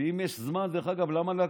ואם יש זמן, דרך אגב, למה להקדים?